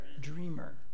dreamer